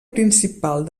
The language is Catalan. principal